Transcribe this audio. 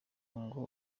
ngo